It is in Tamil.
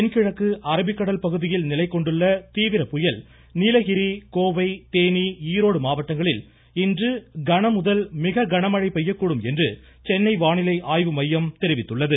தென்கிழக்கு அரபிக்கடல் பகுதியில் நிலைகொண்டுள்ள தீவிர புயல் காரணமாக நீலகிரி கோவை தேனி ஈரோடு மாவட்டங்களில் இன்று கன மிக கன மழை பெய்யக்கூடும் என்று சென்னை வானிலை ஆய்வு மையம் தெரிவித்துள்ளது